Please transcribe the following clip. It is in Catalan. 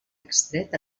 extret